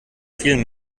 vielen